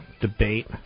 debate